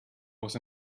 was